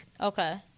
Okay